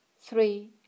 Three